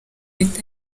leta